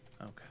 Okay